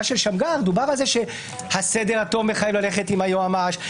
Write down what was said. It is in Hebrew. של שמגר דובר שהסדר הטוב מחייב ללכת עם היועמ"ש.